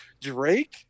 Drake